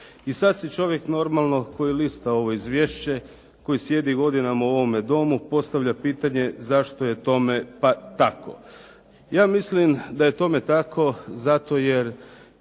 I sad si čovjek normalno, koji lista ovo izvješće, koji sjedi godinama u ovome Domu postavlja pitanje zašto je tome tako? Ja mislim da je tome tako zato jer